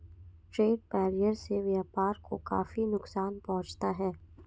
trade barrier से व्यापार को काफी नुकसान पहुंचता है